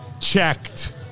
Checked